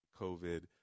COVID